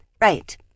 Right